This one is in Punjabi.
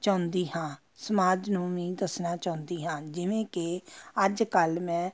ਚਾਹੁੰਦੀ ਹਾਂ ਸਮਾਜ ਨੂੰ ਵੀ ਦੱਸਣਾ ਚਾਹੁੰਦੀ ਹਾਂ ਜਿਵੇਂ ਕਿ ਅੱਜ ਕੱਲ੍ਹ ਮੈਂ